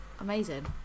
amazing